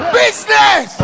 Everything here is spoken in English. business